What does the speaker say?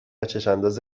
چشماندازی